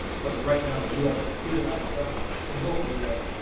but right now the u s. will prove it out for us to go all u s.